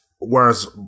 whereas